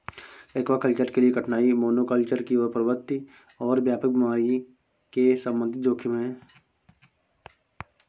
aquaculture के लिए कठिनाई मोनोकल्चर की ओर प्रवृत्ति और व्यापक बीमारी के संबंधित जोखिम है